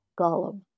Gollum